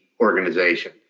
organization